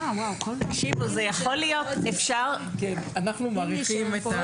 אפשר להוסיף שאפשר